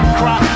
cry